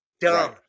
Dumb